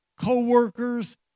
co-workers